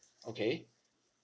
okay